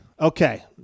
Okay